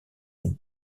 une